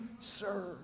serve